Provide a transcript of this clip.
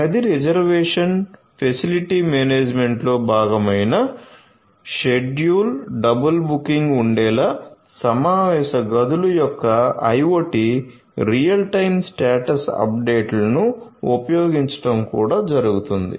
గది reservation facility మేనేజ్మెంట్లో భాగమైన షెడ్యూల్ డబుల్ బుకింగ్ ఉండేలా సమావేశ గదుల యొక్క IoT రియల్ టైమ్ స్టేటస్ అప్డేట్లను ఉపయోగించడం కూడా జరుగుతుంది